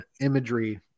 imagery